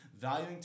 valuing